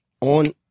on